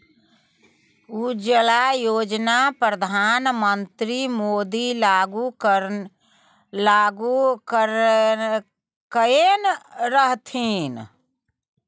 उज्जवला योजना परधान मन्त्री मोदी लागू कएने रहथिन